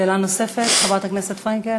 שאלה נוספת, חברת הכנסת פרנקל?